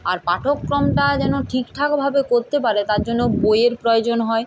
আর পাঠক্রমটা যেন ঠিকঠাকভাবে করতে পারে তার জন্য বইয়ের প্রয়োজন হয়